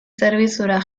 zerbitzura